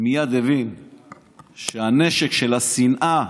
מייד הבין שהנשק של השנאה,